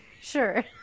sure